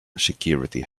security